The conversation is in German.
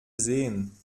sähen